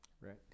right